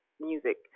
music